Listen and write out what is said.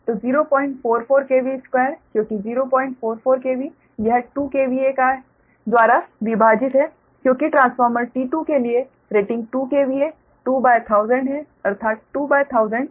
तो 044KV2 क्योंकि 044KV यह 2KVA द्वारा विभाजित है क्योंकि ट्रांसफार्मर T2 के लिए रेटिंग 2KVA 21000 है अर्थात 21000 MVA है